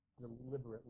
deliberately